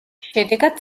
შედეგად